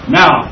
now